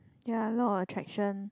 ya a lot of attraction